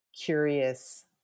curious